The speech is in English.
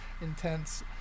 intense